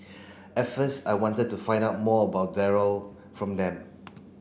at first I wanted to find out more about from them